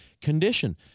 condition